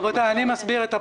אל תעצור אותו בזה.